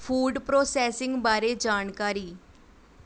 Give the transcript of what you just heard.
food processing ਬਾਰੇ ਜਾਣਕਾਰੀ